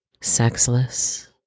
sexless